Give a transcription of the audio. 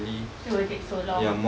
it will take so long